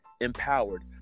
empowered